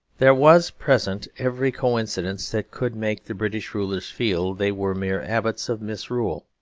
there was present every coincidence that could make the british rulers feel they were mere abbots of misrule.